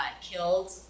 killed